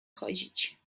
chodzić